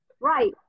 right